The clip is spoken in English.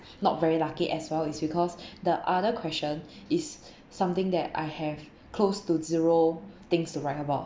not very lucky as well is because the other question is something that I have close to zero things to write about